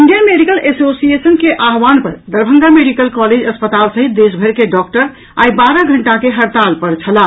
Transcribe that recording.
Indian medical association के आह्वान पर दरभंगा मेडिकल कॉलेज अस्पताल सहित देशभरि के डॉक्टर आई बारह घंटा के हड़ताल पर छलाह